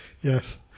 yes